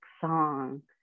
song